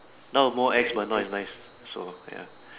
now more ex but not as nice so ya